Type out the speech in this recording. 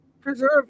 preserve